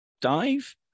dive